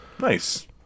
Nice